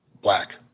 black